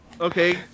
Okay